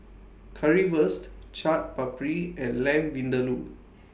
Currywurst Chaat Papri and Lamb Vindaloo